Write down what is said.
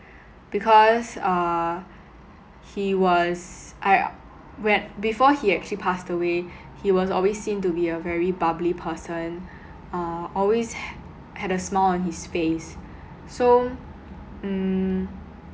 because uh he was I when before he actually passed away he was always seen to be a very bubbly person uh always ha~ had a smile on his face so mm